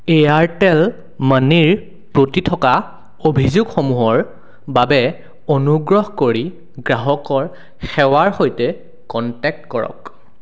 Airtel মানিৰ প্ৰতি থকা অভিযোগসমূহৰ বাবে অনুগ্ৰহ কৰি গ্ৰাহকৰ সেৱাৰ সৈতে কন্টেক্ট কৰক